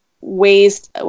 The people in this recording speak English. ways